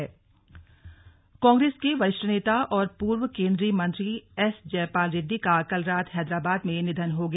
slug Jaipal Reddy निधन कांग्रेस के वरिष्ठ नेता और पूर्व केंद्रीय मंत्री एस जयपाल रेड्डी का कल रात हैदराबाद में निधन हो गया